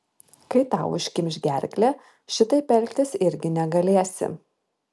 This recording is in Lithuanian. kai tau užkimš gerklę šitaip elgtis irgi negalėsi